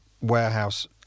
warehouse